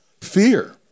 Fear